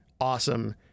Awesome